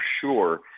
sure